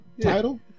title